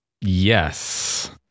yes